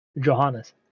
Johannes